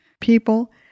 people